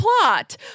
plot